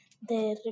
de